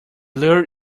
lure